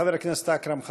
חבר הכנסת אכרם חסון,